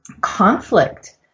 conflict